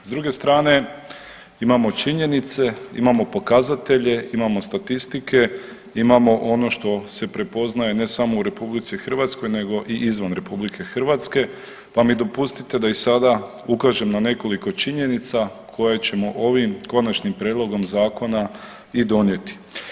S druge strane imamo činjenice, imamo pokazatelje, imamo statistike, imamo ono što se prepoznaje ne samo u RH nego i izvan RH pa mi dopustite da i sada ukažem na nekoliko činjenica koje ćemo ovim prijedlogom zakona i donijeti.